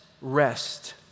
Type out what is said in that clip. rest